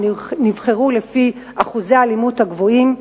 שנבחרו לפי אחוזי האלימות הגבוהים.